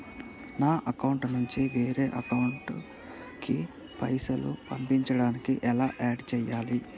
నా అకౌంట్ నుంచి వేరే వాళ్ల అకౌంట్ కి పైసలు పంపించడానికి ఎలా ఆడ్ చేయాలి?